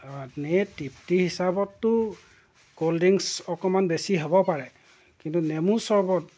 এনেই তৃপ্তি হিচাপতটো ক'ল্ড ড্ৰিংকছ্ অকণমান বেছি হ'ব পাৰে কিন্তু নেমু চৰবত